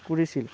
কৰিছিল